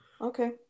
okay